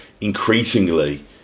increasingly